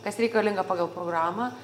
kas reikalinga pagal programą